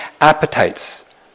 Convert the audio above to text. appetites